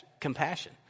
compassion